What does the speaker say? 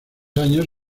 años